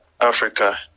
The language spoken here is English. Africa